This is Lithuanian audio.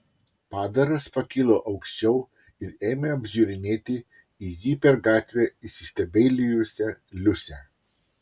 padaras pakilo aukščiau ir ėmė apžiūrinėti į jį per gatvę įsistebeilijusią liusę